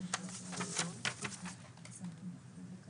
איך אתם מתמודדים.